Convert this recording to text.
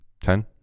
Ten